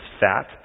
fat